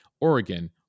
Oregon